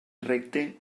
recte